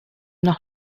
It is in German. noch